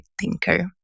thinker